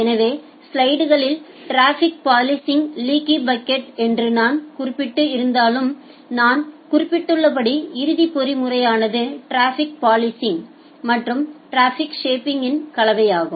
எனவே ஸ்லைடுகளில் டிராஃபிக் பாலிசிங்க்கான லீக்கி பக்கெட் என்று நான் குறிப்பிட்டு இருந்தாலும் நான் குறிப்பிட்டுள்ளபடி இறுதி பொறிமுறையானது டிராஃபிக் பாலிசிங் மற்றும் டிராஃபிக் ஷேப்பிங்இன் கலவையாகும்